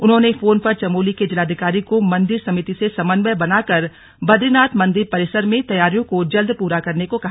उन्होंने फोन पर चमोली के जिलाधिकारी को मन्दिर समिति से समन्वय बनाकर बदरीनाथ मंदिर परिसर में तैयारियों को जल्द पूरा करने को कहा